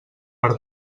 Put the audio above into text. per